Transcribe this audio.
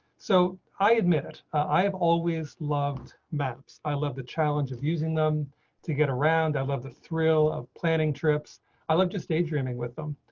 so, i admit i have always loved maps. i love the challenge of using them to get around. i love the thrill of planning trips i love just daydreaming with them.